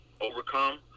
overcome